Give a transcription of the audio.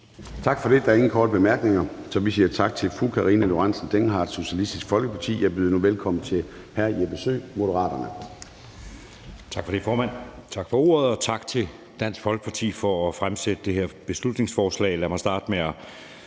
Tak for det. Der er ingen korte bemærkninger, så vi siger tak til fru Karina Lorentzen Dehnhardt, Socialistisk Folkeparti. Jeg byder nu velkommen til hr. Jeppe Søe, Moderaterne. Kl. 13:43 (Ordfører) Jeppe Søe (M): Tak for ordet, formand, og tak til Dansk Folkeparti for at fremsætte det her beslutningsforslag. Lad mig starte med at